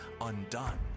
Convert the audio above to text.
undone